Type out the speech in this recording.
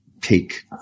take